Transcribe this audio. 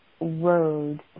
road